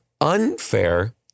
unfair